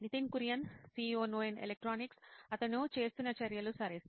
Nitin Kurian COO నోయిన్ electronics అతను చేస్తున్న చర్యలు సరే